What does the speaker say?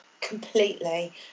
completely